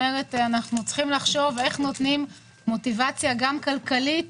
אנחנו צריכים לחשוב איך נותנים מוטיבציה כלכלית